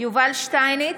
יובל שטייניץ,